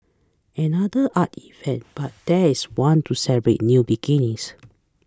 another art event but there is one to celebrate new beginnings